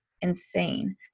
insane